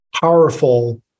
powerful